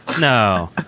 No